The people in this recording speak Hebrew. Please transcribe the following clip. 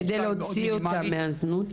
כדי להוציא אותן מהזנות